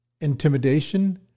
intimidation